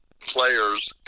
players